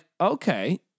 okay